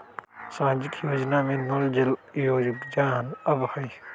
सामाजिक योजना में नल जल योजना आवहई?